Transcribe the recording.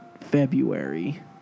February